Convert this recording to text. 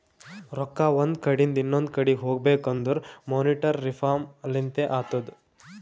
ರೊಕ್ಕಾ ಒಂದ್ ಕಡಿಂದ್ ಇನೊಂದು ಕಡಿ ಹೋಗ್ಬೇಕಂದುರ್ ಮೋನಿಟರಿ ರಿಫಾರ್ಮ್ ಲಿಂತೆ ಅತ್ತುದ್